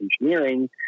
engineering